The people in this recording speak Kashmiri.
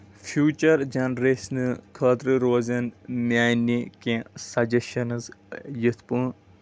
فیوٗچر جینریشنہٕ خٲطرٕ روزَن میٲنہِ کینٛہہ سجیٚشنٕز یِتھ پٲٹھۍ